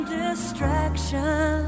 distraction